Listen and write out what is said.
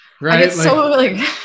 Right